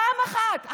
פעם אחת.